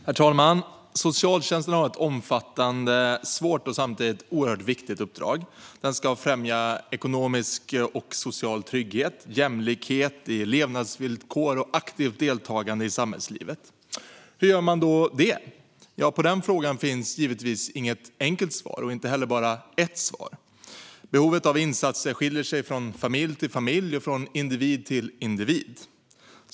Herr talman! Socialtjänsten har ett omfattande, svårt och samtidigt oerhört viktigt uppdrag. Den ska främja ekonomisk och social trygghet, jämlikhet i levnadsvillkor och aktivt deltagande i samhällslivet. Hur gör man då det? Ja, på den frågan finns givetvis inget enkelt svar och inte heller bara ett svar. Behovet av insatser skiljer sig från familj till familj och från individ till individ.